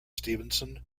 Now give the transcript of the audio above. stevenson